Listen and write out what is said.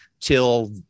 till